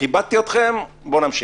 כיבדתי אתכם, בואו נמשיך.